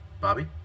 Bobby